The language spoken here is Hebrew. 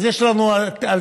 אז יש לנו אלטרנטיבות,